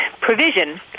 provision